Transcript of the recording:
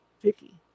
Vicky